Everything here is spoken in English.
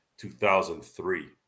2003